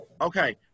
okay